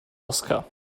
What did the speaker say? oskar